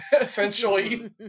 essentially